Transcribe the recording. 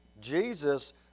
Jesus